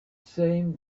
same